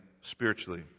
spiritually